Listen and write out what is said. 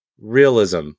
realism